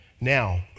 Now